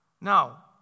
Now